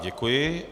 Děkuji.